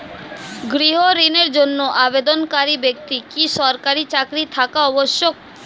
গৃহ ঋণের জন্য আবেদনকারী ব্যক্তি কি সরকারি চাকরি থাকা আবশ্যক?